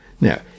Now